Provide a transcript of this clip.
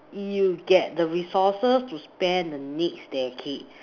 you get the resources to spend the next decade